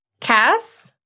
Cass